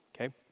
okay